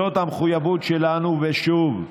זאת המחויבות שלנו, ושוב,